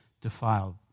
defiled